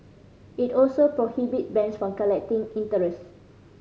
it also prohibit banks from collecting interest